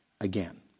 again